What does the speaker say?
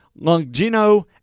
Longino